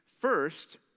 first